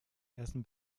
essen